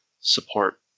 support